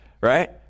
right